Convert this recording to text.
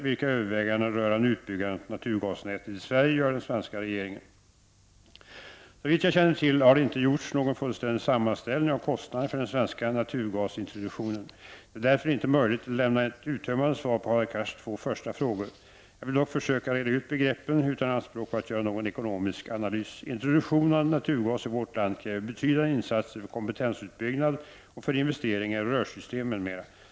Vilka överväganden rörande utbyggandet av naturgasnätet i Sverige gör den svenska regeringen? Såvitt jag känner till har det inte gjorts någon fullständig sammanställning av kostnaderna för den svenska naturgasintroduktionen. Det är därför inte möjligt att lämna ett uttömmande svar på Hadar Cars två första frågor. Jag skall dock försöka reda ut begreppen, utan anspråk på att göra någon ekonomisk analys. Introduktionen av naturgas i vårt land kräver betydande insatser för kompetensuppbyggnad och för investeringar i rörsystem m.m.